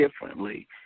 differently